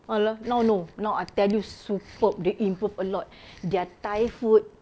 ah lah now no now I tell you superb they improved a lot their thai food